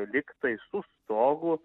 lygtai su stogu